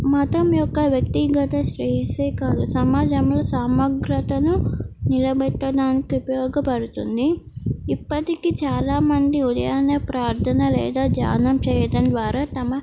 మతం యొక్క వ్యక్తిగత శ్రేయస్సుయే కాదు సమాజముంలో సమగ్రతను నిలబెట్టడానికి ఉపయోగపడుతుంది ఇప్పటికి చాలామంది ఉదయాన్న ప్రార్థన లేదా ధ్యానం చేయడం ద్వారా తమ